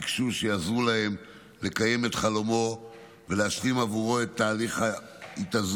וביקשו שיעזרו להם לקיים את חלומו ולהשלים עבורו את תהליך התאזרחות